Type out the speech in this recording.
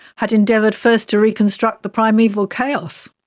had endeavoured first to reconstruct the primeval chaos.